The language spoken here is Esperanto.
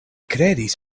kredis